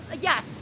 Yes